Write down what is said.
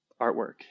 artwork